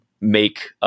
make